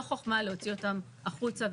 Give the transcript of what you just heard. לא חכמה להוציא אותם החוצה,